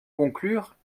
conclure